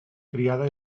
criada